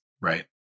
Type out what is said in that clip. Right